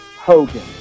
Hogan